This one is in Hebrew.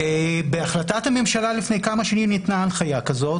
בהחלטת הממשלה לפני כמה שנים ניתנה הנחיה כזאת.